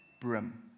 brim